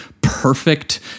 perfect